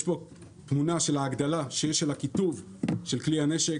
יש פה תמונה של ההגדלה שיש עליה כיתוב של כלי הנשק